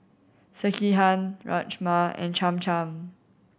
Sekihan Rajma and Cham Cham